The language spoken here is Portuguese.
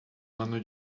ano